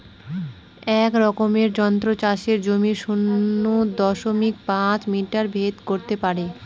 এক রকমের যন্ত্র চাষের জমির শূন্য দশমিক পাঁচ মিটার ভেদ করত পারে